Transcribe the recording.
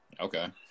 Okay